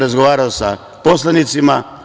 Razgovarao sam sa poslanicima…